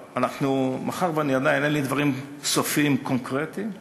מאחר שעדיין אין לי דברים סופיים, קונקרטיים,